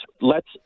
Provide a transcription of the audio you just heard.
lets